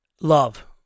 love